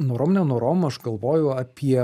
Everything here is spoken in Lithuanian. norom nenorom aš galvoju apie